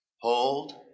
Hold